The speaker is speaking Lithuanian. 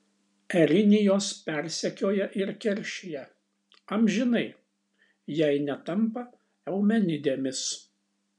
erinijos persekioja ir keršija amžinai jei netampa eumenidėmis